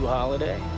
Holiday